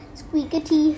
squeaky